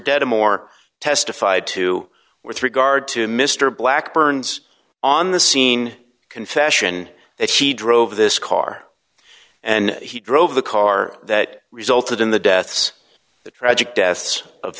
dead or more testified to with regard to mr blackburn's on the scene confession that he drove this car and he drove the car that resulted in the deaths the tragic deaths of